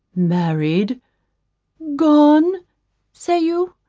married gone say you?